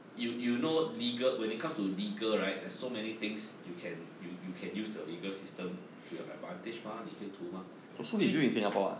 you you know legal when it comes to legal right there's so many things you can you you can use the legal system to your advantage mah 你可以图吗 ji~